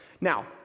Now